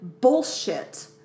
bullshit